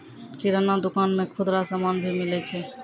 किराना दुकान मे खुदरा समान भी मिलै छै